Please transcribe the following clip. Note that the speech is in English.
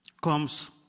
comes